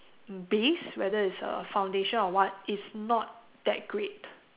base whether it's your foundation or what it's not that great